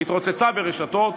התרוצצה ברשתות,